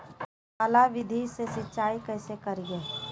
थाला विधि से सिंचाई कैसे करीये?